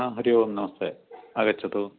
हरिः ओम् नमस्ते आगच्छतु